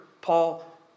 Paul